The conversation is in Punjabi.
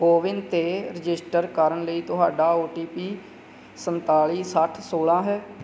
ਕੋਵਿਨ 'ਤੇ ਰਜਿਸਟਰ ਕਰਨ ਲਈ ਤੁਹਾਡਾ ਓ ਟੀ ਪੀ ਸੰਤਾਲੀ ਸੱਠ ਸੌਲਾਂ ਹੈ